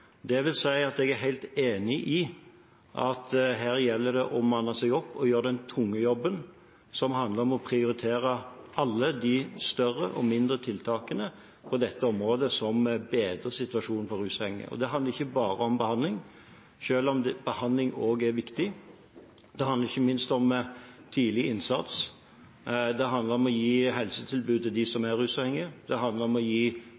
at jeg er helt enig i at her gjelder det å manne seg opp og gjøre den tunge jobben som handler om å prioritere alle de større og mindre tiltakene på dette området som bedrer situasjonen for rusavhengige. Og det handler ikke bare om behandling, selv om behandling også er viktig, det handler ikke minst om tidlig innsats, det handler om å gi helsetilbud til dem som er rusavhengige, det handler om å gi